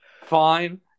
Fine